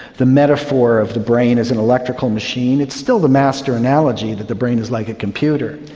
the metaphor of the brain as an electrical machine. it's still the master analogy, that the brain is like a computer.